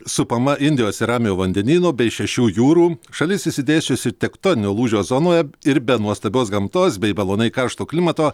supama indijos ir ramiojo vandenynų bei šešių jūrų šalis išsidėsčiusi tektoninio lūžio zonoje ir be nuostabios gamtos bei maloniai karšto klimato